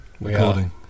Recording